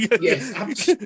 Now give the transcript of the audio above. Yes